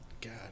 God